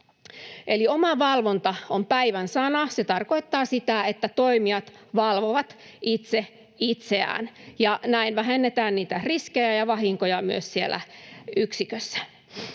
Eli omavalvonta on päivän sana. Se tarkoittaa sitä, että toimijat valvovat itse itseään, ja näin vähennetään riskejä ja vahinkoja myös siellä yksikössä.